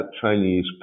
Chinese